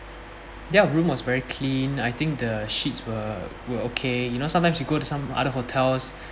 ya room was very clean I think the sheets were were okay you know sometimes you go to some other hotels